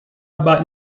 about